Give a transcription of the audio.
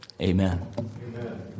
Amen